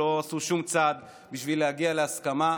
לא עשו שום צעד בשביל להגיע להסכמה,